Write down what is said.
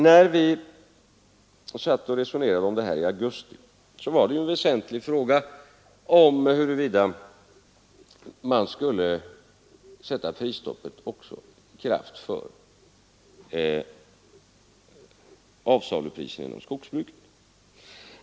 När vi satt och resonerade om det här i augusti var det en väsentlig fråga, huruvida man skulle sätta prisstoppet i kraft också för avsalupriserna inom skogsbruket.